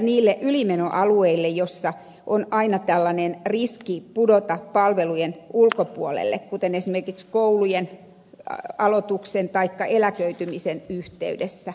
niille ylimenoalueille joissa on aina tällainen riski pudota palvelujen ulkopuolelle kuten esimerkiksi koulujen aloituksen taikka eläköitymisen yhteydessä